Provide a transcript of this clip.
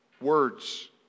Words